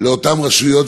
לאותן רשויות.